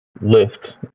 Lift